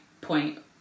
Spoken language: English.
point